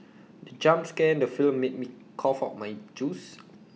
the jump scare in the film made me cough out my juice